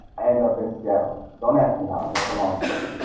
end up in seattle, don't ask me how. that's a long story,